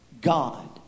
God